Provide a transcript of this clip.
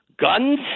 Guns